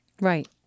Right